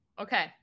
Okay